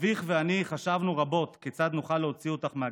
אביך ואני חשבנו רבות כיצד נוכל להוציא אותך מהגטו.